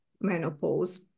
menopause